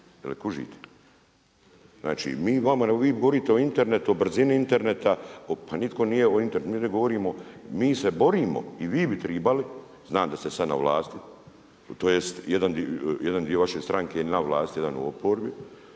Jel' kužite? Znači mi vama, vi govorite o internetu, o brzini interneta. Pa nitko nije o internetu, mi ovdje govorimo, mi se borimo i vi bi tribali, znam da ste sad na vlasti, tj. jedan dio vaše stranke je na vlasti, jedan je u oporbi.